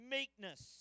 Meekness